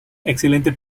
excelente